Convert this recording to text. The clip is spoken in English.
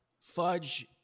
fudge